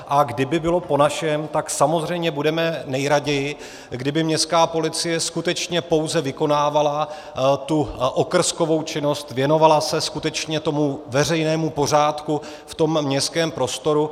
A kdyby bylo po našem, tak samozřejmě budeme nejraději, kdyby městská policie skutečně pouze vykonávala okrskovou činnost, věnovala se skutečně veřejnému pořádku v tom městském prostoru.